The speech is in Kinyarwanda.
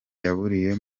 yaburiye